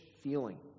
feeling